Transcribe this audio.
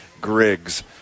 Griggs